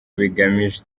bigamije